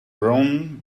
wrong